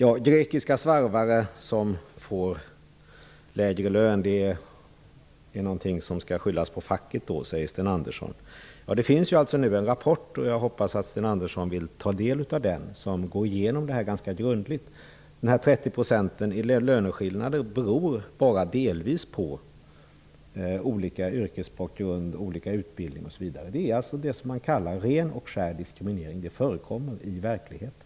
Att grekiska svarvare får lägre lön är någonting som skall skyllas på facket, säger Sten Andersson. Det finns en rapport jag hoppas att Sten Andersson vill ta del av den - som går igenom detta ganska grundligt. De 30 procenten i löneskillnad beror bara delvis på olika yrkesbakgrund, olika utbildning osv. Det är ren och skär diskriminering. Det förekommer i verkligheten.